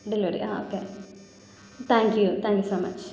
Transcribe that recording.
delivery ആ okay thank you thank you so much